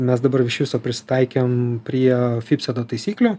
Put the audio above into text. mes dabar iš viso prisitaikėm prie jo fifsedo taisyklių